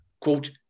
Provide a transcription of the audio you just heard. quote